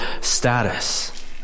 status